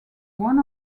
one